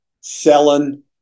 selling